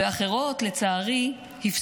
ואחרות הפסידו, לצערי.